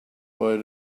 why